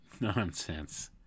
nonsense